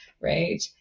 right